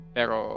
Pero